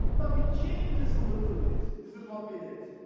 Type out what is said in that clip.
now, we changed this a little bit. this is what we did.